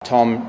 Tom